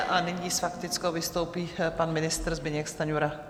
A nyní s faktickou vystoupí pan ministr Zbyněk Stanjura.